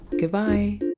goodbye